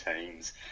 teams